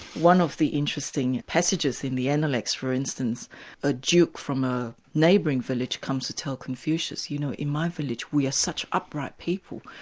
one of the interesting passages in the analects, for instance a duke from a neighbouring village comes to tell confucius, you know, in my village, we are such upright people,